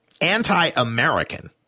anti-American